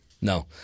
No